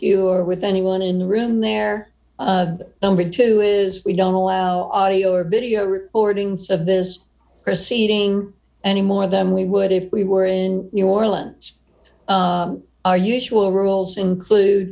you or with anyone in the room they're only two is we don't allow audio or video recordings of this proceeding any more than we would if we were in new orleans our usual rules include